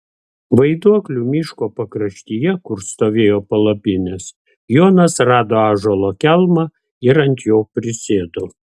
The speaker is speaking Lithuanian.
vaiduoklių miško pakraštyje kur stovėjo palapinės jonas rado ąžuolo kelmą ir ant jo prisėdo